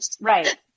Right